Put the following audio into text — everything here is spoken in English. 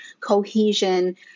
cohesion